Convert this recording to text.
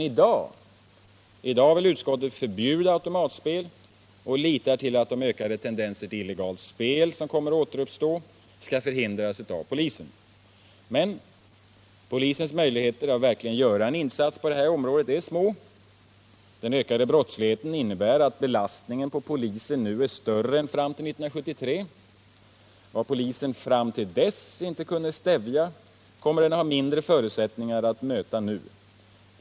I dag vill utskottet förbjuda automatspel och litar till att de ökade tendenserna till illegalt spel som kommer att återuppstå skall förhindras av polisen. Men polisens möjligheter att verkligen göra en insats på detta område är små. Den ökade brottsligheten innebär att belastningen på polisen nu är större än fram till 1973. Vad polisen fram till dess inte kunde stävja kommer den att ha mindre förutsättningar att möta nu.